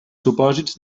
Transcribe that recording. supòsits